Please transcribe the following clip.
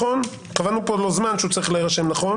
קבענו לו זמן שצריך להירשם בתוך 30 ימים.